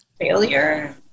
failure